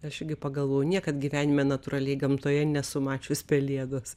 aš igi pagalvojau niekad gyvenime natūraliai gamtoje nesu mačius pelėdos